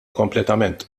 kompletament